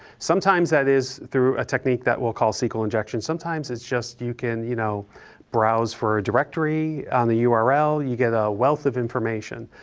sometimes that is through a technique that we'll call sql injection, sometimes it's just you can you know browse for a directory on the ah url, you get a wealth of information.